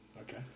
Okay